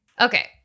okay